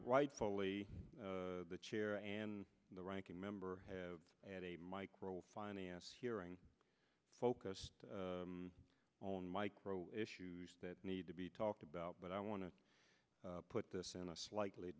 rightfully the chair and the ranking member have had a micro finance hearing focused on micro issues that need to be talked about but i want to put this in a slightly